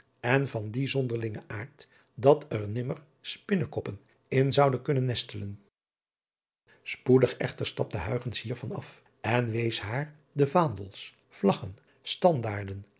en van dien zonderlingen aard dat er nimmer spinnekoppen in zouden kunnen nestelen poedig echter stapte hier van af en wees haar de aandels laggen tandaarden